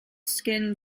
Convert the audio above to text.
skin